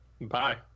Bye